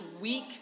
week